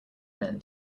men